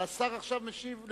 אבל השר עכשיו משיב על